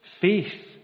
Faith